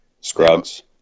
Scrubs